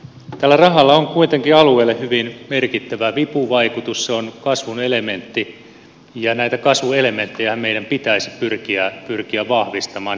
tällä rahalla on kuitenkin alueille hyvin merkittävä vipuvaikutus se on kasvun elementti ja näitä kasvun elementtejähän meidän pitäisi pyrkiä vahvistamaan